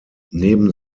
neben